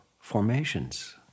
formations